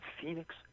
Phoenix